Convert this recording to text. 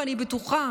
ואני בטוחה